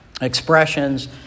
expressions